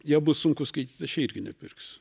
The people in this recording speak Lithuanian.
ją bus sunku skaityt aš ją irgi nepirksiu